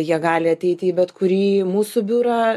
jie gali ateiti į bet kurį mūsų biurą